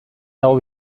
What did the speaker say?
dago